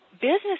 business